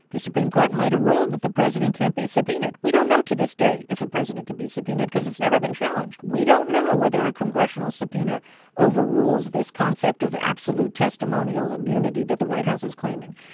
the supreme court might've ruled that the president can't be subpoenaed. we don't know to this day if a president can be subpoenaed because it's never been challenged. we don't know whether a congressional subpoena overrules this concept of absolute testimonial immunity that the white house is claiming.